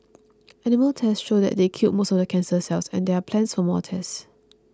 animal tests show they killed most of the cancer cells and there are plans for more tests